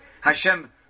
Hashem